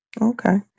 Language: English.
Okay